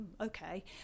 okay